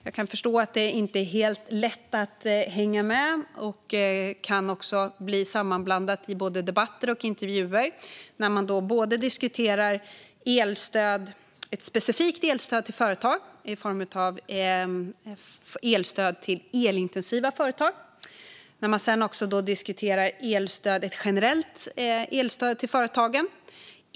Jag kan förstå att det inte är helt lätt att hänga med, och det kan också bli sammanblandat i debatter och intervjuer när man både diskuterar ett specifikt elstöd till företag i form av elstöd till elintensiva företag och ett generellt elstöd till företagen.